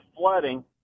flooding